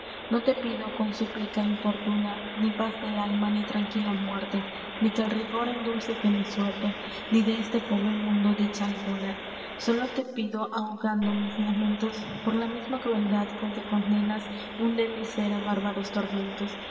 no te pido con súplica importuna ni paz del alma ni tranquila muerte ni que el rigor endulces de mi suerte ni de este pobre mundo dicha alguna sólo te pido ahogando mis lamentos por la misma crueldad con que condenas un débil sér á bárbaros tormentos